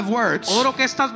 words